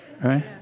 Right